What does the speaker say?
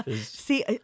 See